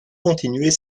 continuer